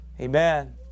Amen